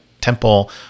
temple